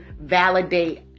validate